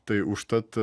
tai užtat